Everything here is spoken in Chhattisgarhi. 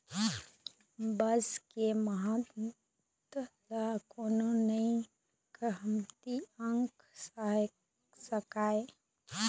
बांस के महत्ता ल कोनो नइ कमती आंक सकय